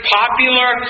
popular